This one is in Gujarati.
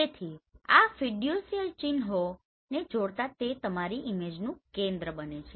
તેથી આ ફિડ્યુસીયલ ચિન્હોને જોડતા તે તમારી ઈમેજનું કેન્દ્ર બને છે